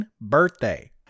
birthday